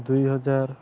ଦୁଇ ହଜାର